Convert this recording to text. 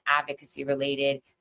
advocacy-related